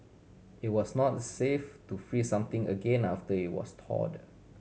it was not safe to freeze something again after it was thawed